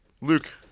Luke